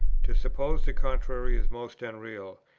to suppose the contrary is most unreal,